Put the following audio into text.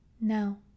Now